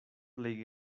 plej